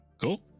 Cool